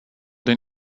den